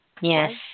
Yes